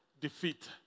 defeat